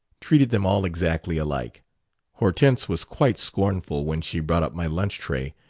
treated them all exactly alike hortense was quite scornful when she brought up my lunch-tray.